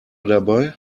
dabei